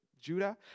Judah